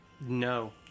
no